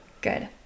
Good